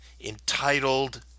entitled